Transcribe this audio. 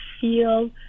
feel